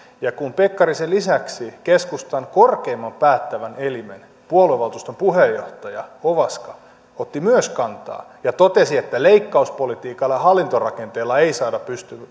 ja kun pekkarisen lisäksi keskustan korkeimman päättävän elimen puoluevaltuuston puheenjohtaja ovaska otti myös kantaa ja totesi että leikkauspolitiikalla ja hallintorakenteella ei saada